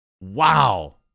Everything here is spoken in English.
Wow